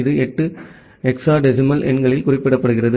இது 8 ஹெக்ஸாடெசிமல் எண்களில் குறிப்பிடப்படுகிறது